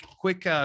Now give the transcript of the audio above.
Quick